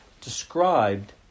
described